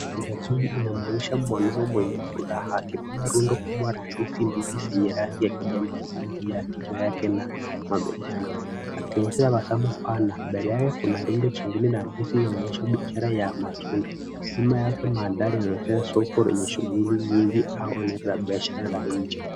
Sura hii inaonyesha mwanaume mwenye furaha, akibeba rundo kubwa la ndizi mbichi zenye rangi ya kijani kibichi juu ya kichwa chake na mabegani akionyeshana sehemu pana. Mbele yake kuna rundo jingine la ndizi linaloonyesha biashara ya matunda. Nyuma yake mandhari inaonyeshana soko lenye shughuli nyingi au eneo la biashara la nje.